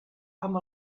amb